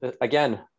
again